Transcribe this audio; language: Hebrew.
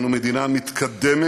אנו מדינה מתקדמת,